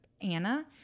Anna